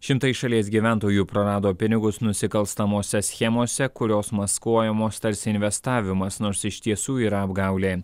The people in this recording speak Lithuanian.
šimtai šalies gyventojų prarado pinigus nusikalstamose schemose kurios maskuojamos tarsi investavimas nors iš tiesų yra apgaulė